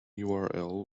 url